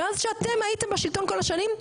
מאז שאתם הייתם בשלטון כל השנים,